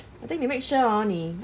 I think 你 make sure hor 你